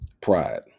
Pride